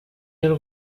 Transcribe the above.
y’u